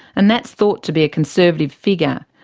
and that's thought to be a conservative figure.